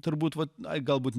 turbūt vat ai galbūt